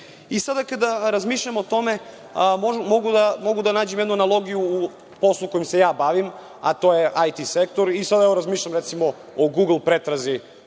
kada razmišljamo o tome, mogu da nađem jednu analogiju u poslu kojim se ja bavim, a to je IT sektor. Sada razmišljam, recimo, o „Gugl“ pretrazi